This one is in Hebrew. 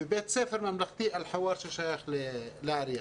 ובית ספר ממלכתי אל-חיוואר ששייך לעירייה.